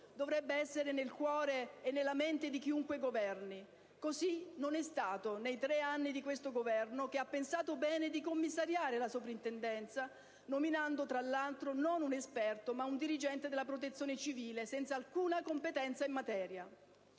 dovrebbe essere nel cuore e nella mente di chiunque governi. Così non è stato nei tre anni di questo Governo, che ha pensato bene di commissariare la soprintendenza, nominando fra l'altro non un esperto, ma un dirigente della protezione civile senza alcuna competenza in materia.